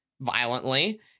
violently